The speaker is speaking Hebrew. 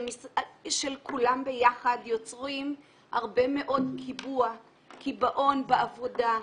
של כולם ביחד יוצרים הרבה מאוד קיבעון בעבודה,